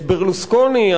את ברלוסקוני,